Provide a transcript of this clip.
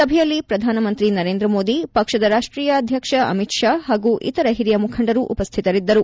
ಸಭೆಯಲ್ಲಿ ಪ್ರಧಾನಮಂತ್ರಿ ನರೇಂದ್ರಮೋದಿ ಪಕ್ಷದ ರಾಷ್ಷೀಯ ಅಧ್ಯಕ್ಷ ಅಮಿತ್ ಶಾ ಹಾಗೂ ಇತರ ಹಿರಿಯ ಮುಖಂಡರು ಉಪಸ್ಥಿತರಿದ್ದರು